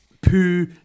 poo